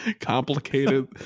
complicated